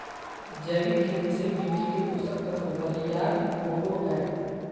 जैविक खेती से मिट्टी के पोषक तत्व बरियार होवो हय